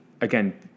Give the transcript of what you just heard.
again